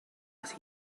así